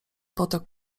potok